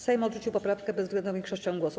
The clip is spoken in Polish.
Sejm odrzucił poprawkę bezwzględną większością głosów.